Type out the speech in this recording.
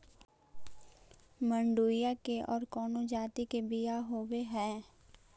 मडूया के और कौनो जाति के बियाह होव हैं?